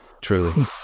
truly